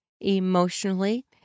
emotionally